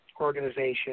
organization